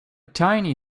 tiny